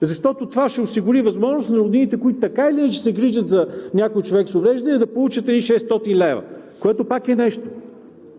Защото това ще осигури възможност на роднините, които така или иначе се грижат за някой човек с увреждания, да получат едни 600 лв., което пак е нещо.